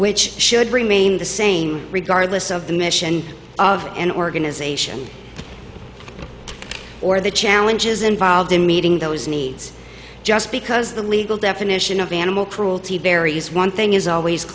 which should remain the same regardless of the mission of an organisation or the challenges involved in meeting those needs just because the legal definition of animal cruelty tiberi is one thing is always